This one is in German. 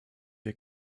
wir